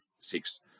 six